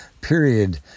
period